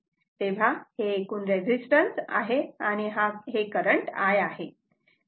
तेव्हा हे एकूण रेजिस्टन्स आहे आणि करंट I आहे